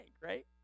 right